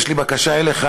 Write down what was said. יש לי בקשה אליך,